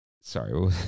Sorry